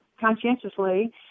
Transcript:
conscientiously